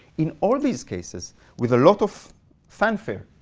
in all these cases with a lot of fanfare,